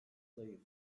zayıf